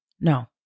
no